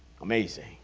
amazing